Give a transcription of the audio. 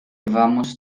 vamos